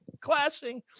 clashing